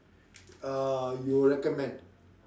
uh you recommend